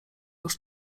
już